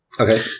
Okay